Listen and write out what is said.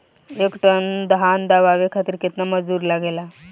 एक टन धान दवावे खातीर केतना मजदुर लागेला?